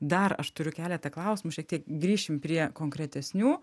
dar aš turiu keletą klausimų šiek tiek grįšim prie konkretesnių